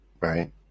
right